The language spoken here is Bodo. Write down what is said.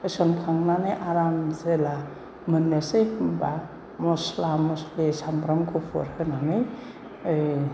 होसनखांनानै आराम जेब्ला मोननोसै होनबा मस्ला मस्लि साम्ब्राम गुफुर होनानै ओइ